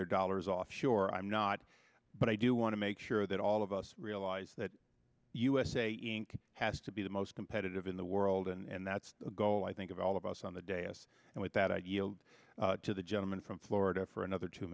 their dollars offshore i'm not but i do want to make sure that all of us realize that usa inc has to be the most competitive in the world and that's the goal i think of all of us on the day s and with that yield to the gentleman from florida for another two